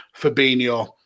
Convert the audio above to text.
Fabinho